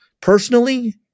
personally